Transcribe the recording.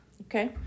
Okay